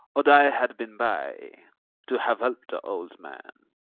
would i had been by to have helped the old man!